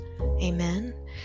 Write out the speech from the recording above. amen